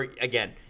again